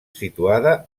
situada